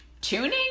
tuning